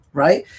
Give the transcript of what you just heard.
right